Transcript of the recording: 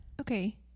okay